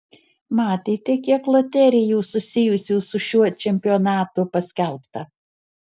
matėte kiek loterijų susijusių su šiuo čempionatu paskelbta